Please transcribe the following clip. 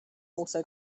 also